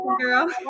girl